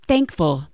Thankful